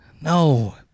No